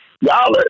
y'all